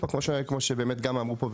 כמו שגמא אמרו פה,